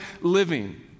living